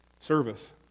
service